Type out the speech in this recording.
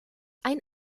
ein